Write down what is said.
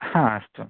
हा अस्तु